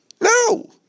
No